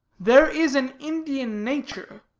there is an indian nature.